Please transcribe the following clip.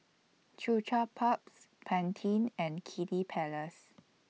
Chupa Chups Pantene and Kiddy Palace